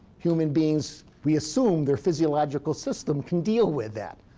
human beings we assume their physiological system can deal with that.